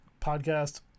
podcast